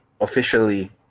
officially